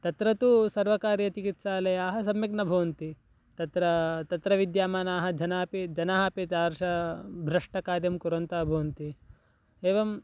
तत्र तु सर्वकारीयचिकित्सालयाः सम्यक् न भवन्ति तत्र तत्र विद्यमानाः जनाः अपि जनाः अपि तादृशभ्रष्टकार्यं कुर्वन्तः भवन्ति एवं